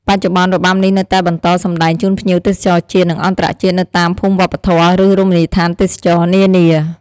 បច្ចុប្បន្ន របាំនេះនៅតែបន្តសម្តែងជូនភ្ញៀវទេសចរជាតិ និងអន្តរជាតិនៅតាមភូមិវប្បធម៌ ឬរមណីយដ្ឋានទេសចរណ៍នានា។